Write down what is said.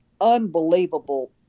unbelievable